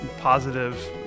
positive